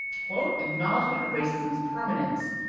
quote, acknowledgement of racism's permanence,